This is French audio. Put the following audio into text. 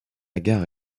gare